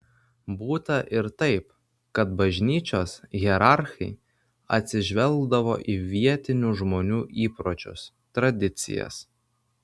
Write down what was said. būta ir taip kad bažnyčios hierarchai atsižvelgdavo į vietinių žmonių įpročius tradicijas